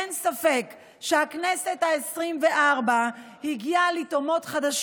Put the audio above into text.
אין ספק שהכנסת העשרים-וארבע הגיעה לתהומות חדשות